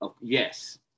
Yes